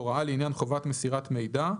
הוראה לעניין חובת מסירת מידע,